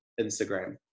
Instagram